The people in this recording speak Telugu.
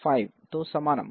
5తో సమానం